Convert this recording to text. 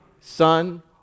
Son